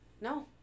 No